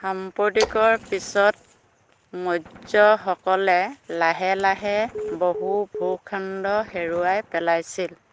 সাম্প্ৰতিকৰ পিছত মৌৰ্যসকলে লাহে লাহে বহু ভূখণ্ড হেৰুৱাই পেলাইছিল